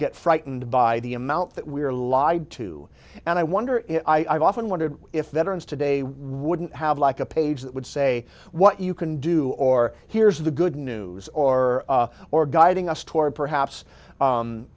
get frightened by the amount that we are lied to and i wonder if i've often wondered if veterans today what have like a page that would say what you can do or here's the good news or or guiding us toward perhaps